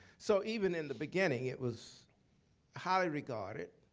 so even in the beginning, it was highly regarded.